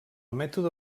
mètode